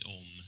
om